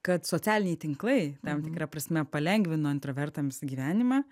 kad socialiniai tinklai tam tikra prasme palengvino introvertams gyvenimą